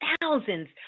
thousands